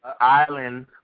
island